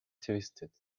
twisted